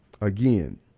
again